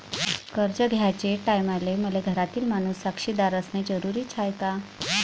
कर्ज घ्याचे टायमाले मले घरातील माणूस साक्षीदार असणे जरुरी हाय का?